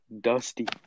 dusty